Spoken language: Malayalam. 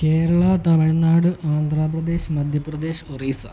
കേരള തമിഴ്നാട് ആന്ധ്രാപ്രദേശ് മധ്യപ്രദേശ് ഒറീസ